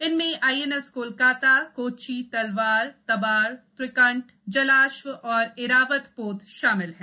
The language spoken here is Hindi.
इनमें आईएनएस कोलकाताए कोच्चिए तलवारए तबारए त्रिकंटए जलाश्व और ऐरावत पोत शामिल हैं